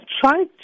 try